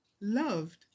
loved